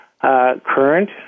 current